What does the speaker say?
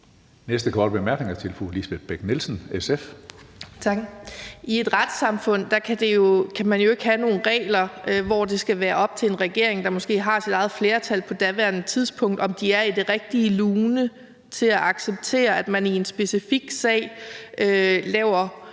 I et retssamfund kan man jo ikke have nogle regler, hvor det skal være op til en regering, der måske har sit eget flertal på det gældende tidspunkt, at beslutte, om den er i det rigtige lune til at acceptere, at man i en specifik sag har